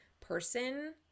person